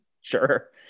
Sure